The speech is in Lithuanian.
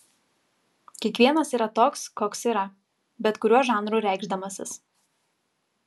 kiekvienas yra toks koks yra bet kuriuo žanru reikšdamasis